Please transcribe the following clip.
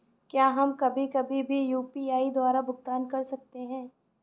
क्या हम कभी कभी भी यू.पी.आई द्वारा भुगतान कर सकते हैं?